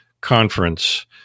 conference